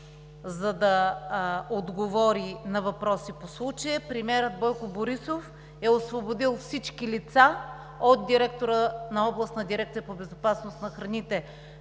за да отговори на въпроси по случая. Премиерът Бойко Борисов е освободил всички лица – от директора на Областната дирекция по безопасност на храните